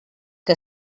que